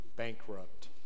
bankrupt